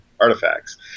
artifacts